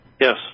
Yes